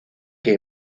que